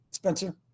Spencer